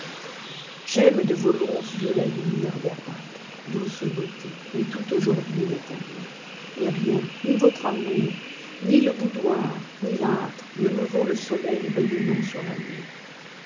j'aime de vos longs yeux la lumière verdâtre douce beauté mais tout aujourd'hui m'est amer et rien ni votre amour ni le boudoir ni l'âtre ne me vaut le soleil rayonnant sur la mer